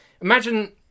imagine